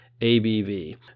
ABV